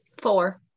Four